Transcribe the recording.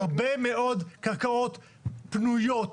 הרבה מאוד קרקעות פנויות,